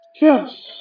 Yes